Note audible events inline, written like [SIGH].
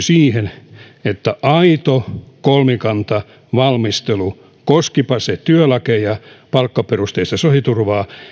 [UNINTELLIGIBLE] siihen että aito kolmikantavalmistelu koskipa se työlakeja tai palkkaperusteista sosiaaliturvaa